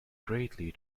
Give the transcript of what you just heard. greatly